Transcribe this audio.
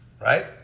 right